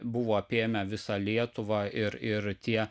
buvo apėmę visą lietuvą ir ir tie